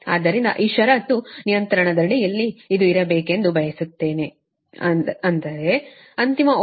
ಆದ್ದರಿಂದ ಈ ಷರತ್ತು ನಿಯಂತ್ರಣದಡಿಯಲ್ಲಿ ಅದು ಇರಬೇಕೆಂದು ಬಯಸುತ್ತೇವೆ ಆದರೆ ಅಂತಿಮ ವೋಲ್ಟೇಜ್ ಅನ್ನು 10